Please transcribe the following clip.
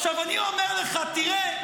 אני אומר לך: תראה,